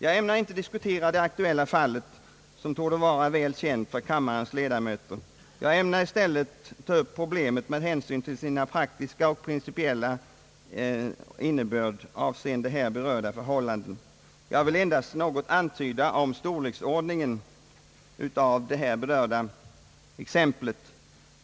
Jag ämnar inte diskutera det aktuella fallet som torde vara väl känt för kammarens ledamöter. Jag ämnar i stället ta upp problemet med hänsyn till dess praktiska och principiella innebörd avseende här berörda förhållanden. Jag vill endast något antyda storleksordningen av det här berörda exemplet.